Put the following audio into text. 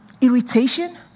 irritation